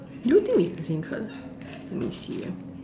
do you think we have the same cards let me see ah